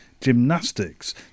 gymnastics